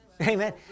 Amen